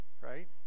right